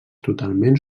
totalment